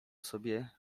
sobie